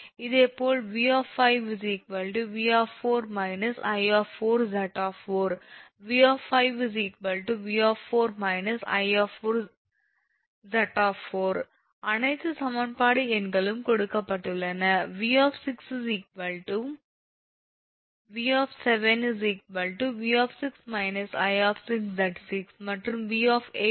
இதேபோல் 𝑉 𝑉 −𝐼 𝑍 𝑉 𝑉 −𝐼 4 அனைத்து சமன்பாடு எண்களும் கொடுக்கப்பட்டுள்ளன 𝑉 𝑉 −𝐼 𝑍 மற்றும் 𝑉 𝑉 −𝐼 𝑍